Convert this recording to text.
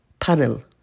panel